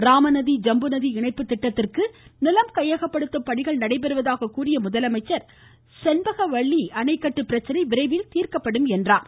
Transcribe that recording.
ராமநதி ஜம்புநதி இணைப்பு திட்டத்திற்கு நிலம் கையகப்படுத்தும் பணிகள் நடைபெறுவதாக கூறிய முதலமைச்சர் செண்பகவல்லி அணைக்கட்டு பிரச்சினை விரைவில் தீர்க்கப்படும் என்றார்